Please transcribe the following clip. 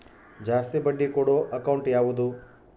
ಜಾಸ್ತಿ ಬಡ್ಡಿ ಕೊಡೋ ಅಕೌಂಟ್ ಯಾವುದು?